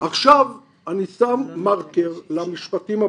עכשיו אני שם מרקר למשפטים הבאים,